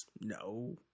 no